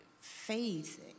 faith